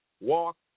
Walk